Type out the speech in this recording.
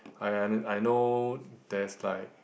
I I I know there's like